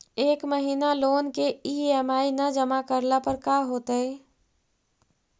एक महिना लोन के ई.एम.आई न जमा करला पर का होतइ?